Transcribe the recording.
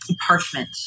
parchment